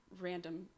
random